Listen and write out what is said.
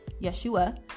Yeshua